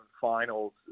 finals